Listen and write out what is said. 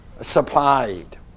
supplied